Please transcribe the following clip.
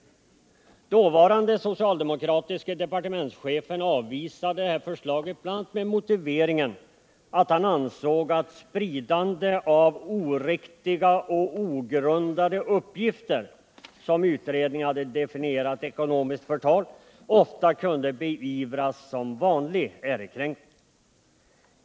Den dåvarande socialdemokratiske departementschefen avvisade dock förslaget, bl.a. med motiveringen att han ansåg att spridande av oriktiga och ogrundade uppgifter, som utredningen hade definierat som ekonomiskt förtal, ofta kunde beivras som vanlig ärekränkning.